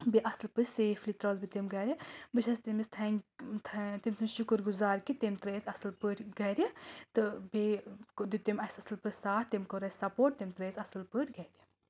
بیٚیہِ اَصٕل پٲٹھۍ سَیفلِی ترٛٲوٕس بہٕ تٔمۍ گرِ بہٕ چھَس تٔمِس تھینک تھین تٔمۍ سٕنٛز شُکُر گُزار کہِ تٔمۍ ترٲے أسۍ اَصٕل پٲٹھۍ گرِ تہٕ بیٚیہِ دیُت تِم اَسہِ اَصٕل پٲٹھۍ ساتھ تٔمۍ کوٚر اَسہِ سَپوٹ تِم ترٛٲوے أسۍ اَصٕل پٲٹھۍ گَرِ